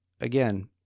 again